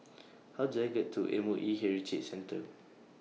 How Do I get to M O E Heritage Centre